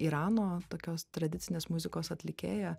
irano tokios tradicinės muzikos atlikėja